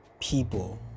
people